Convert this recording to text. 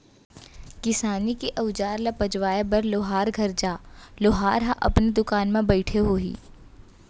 किसानी के अउजार ल पजवाए बर लोहार घर जा, लोहार ह अपने दुकान म बइठे होही